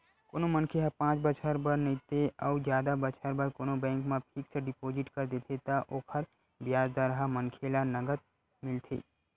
कोनो मनखे ह पाँच बछर बर नइते अउ जादा बछर बर कोनो बेंक म फिक्स डिपोजिट कर देथे त ओकर बियाज दर ह मनखे ल नँगत मिलथे